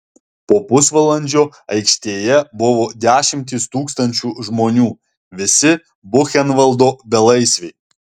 po pusvalandžio aikštėje buvo dešimtys tūkstančių žmonių visi buchenvaldo belaisviai